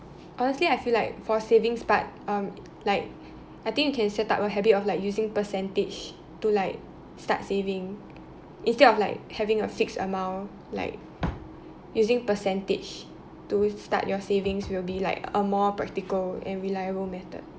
honestly I feel like for savings part um like I think you can set up a habit of like using percentage to like start saving instead of like having a fixed amount like using percentage to start your savings will be like a more practical and reliable method